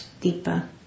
deeper